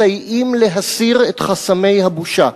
מסייעים להסיר את חסמי הבושה.